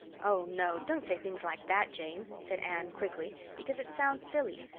oh, no, don't say things like that, jane, said anne quickly, because it sounds silly.